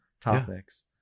topics